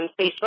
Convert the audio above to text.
Facebook